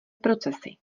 procesy